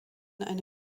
eine